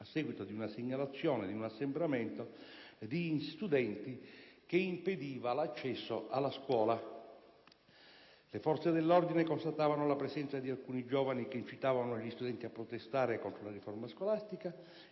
a seguito di una segnalazione di un assembramento di studenti che impediva l'accesso alla scuola. Le forze dell'ordine constatavano la presenza di alcuni giovani che incitavano gli studenti a protestare contro la riforma scolastica